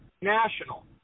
national